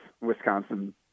Wisconsin